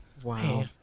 Wow